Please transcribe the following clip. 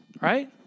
right